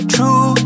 True